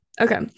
Okay